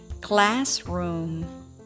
Classroom